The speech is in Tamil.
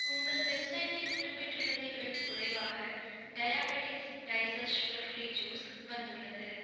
உங்கள் வெப்சைட்டில் குறிப்பிட்டுள்ளதை விடக் குறைவாக டயாபெட்டிக்ஸ் டைஸர் சுகர் ஃப்ரீ ஜூஸ் வந்துள்ளது